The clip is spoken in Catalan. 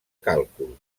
càlcul